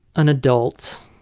an adult.